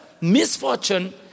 misfortune